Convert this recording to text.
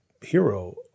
hero